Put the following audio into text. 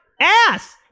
ass